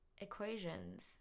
Equations